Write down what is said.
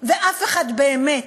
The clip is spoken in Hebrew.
ואף אחד באמת